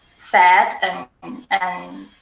sad and and